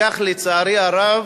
כך לצערי הרב